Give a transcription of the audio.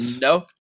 No